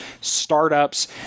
startups